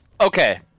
okay